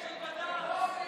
זה עם כשרות של בד"ץ.